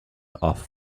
off